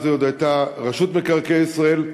אז היא עוד הייתה רשות מקרקעי ישראל,